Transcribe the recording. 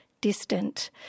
distant